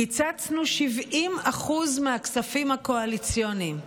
קיצצנו 70% מהכספים הקואליציוניים.